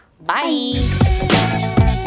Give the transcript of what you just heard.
bye